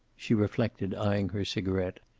she reflected, eyeing her cigaret.